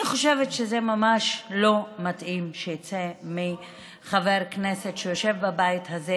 אני חושבת שזה ממש לא מתאים שיצא מחבר כנסת שיושב בבית הזה,